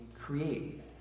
create